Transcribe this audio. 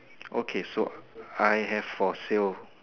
okay so I have for sale